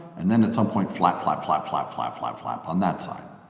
and then at some point flap flap flap flap flap flap flap on that side.